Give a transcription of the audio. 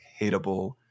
hateable